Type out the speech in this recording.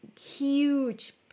huge